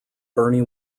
bernie